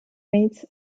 meats